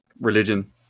religion